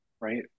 right